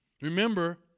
Remember